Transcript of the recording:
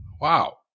Wow